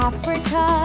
Africa